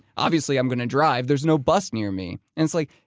obviously i'm going to drive, there's no bus near me. and it's like,